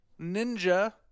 Ninja